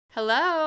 Hello